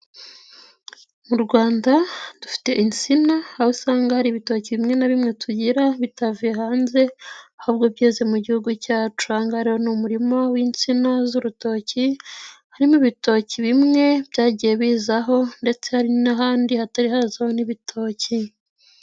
Mu Rwanda dufite insina aho usanga hari ibitoki bimwe na bimwe tugira bitavuye hanze ahubwo gihugu cyacu. Ni umurima w'insina z'urutoki harimo ibitoki bimwe byagiye bizaho ndetse hari n'ahandi hatari hazaho ibitoki.